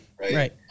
Right